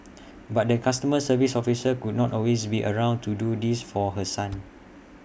but the customer service officer could not always be around to do this for her son